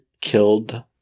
killed